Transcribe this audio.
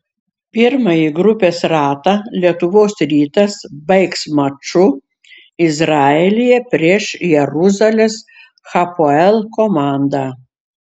pirmąjį grupės ratą lietuvos rytas baigs maču izraelyje prieš jeruzalės hapoel komandą